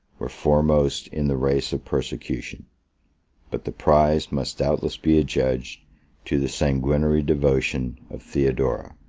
were foremost in the race of persecution but the prize must doubtless be adjudged to the sanguinary devotion of theodora,